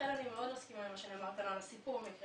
לכן אני מאוד מסכימה עם מה שנאמר כאן על הסיפור מסביב.